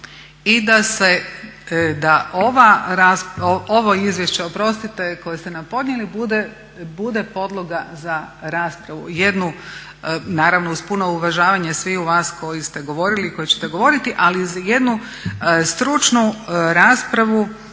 I da ovo izvješće koje ste nam podnijeli bude podloga za raspravu, jednu naravno uz puno uvažavanje svih vas koji ste govorili i koji ćete govorili ali jednu stručnu raspravu